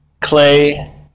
Clay